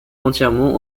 entièrement